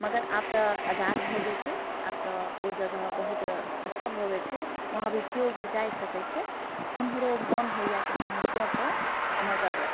मगर आब तऽ आजाद भऽ गेल छै आब तऽ ओ जगह बहुत अच्छा भऽ गेल छै वहाँ भी केओ भी जाय सकैत छै हमरो मन होइया कि हमहुँ जयतहुँ मगर